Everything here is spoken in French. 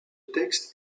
texte